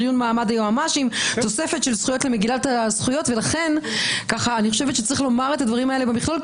חבר הכנסת רוטמן, אני אסביר את הדברים.